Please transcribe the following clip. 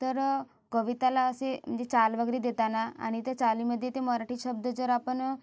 तर कविताला असे मंजे चाल वगैरे देताना आणि ते चालीमध्ये ते मराठी शब्द जर आपण